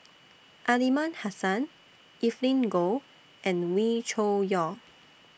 Aliman Hassan Evelyn Goh and Wee Cho Yaw